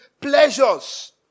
pleasures